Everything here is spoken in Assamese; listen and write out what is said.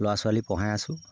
ল'ৰা ছোৱালী পঢ়াই আছো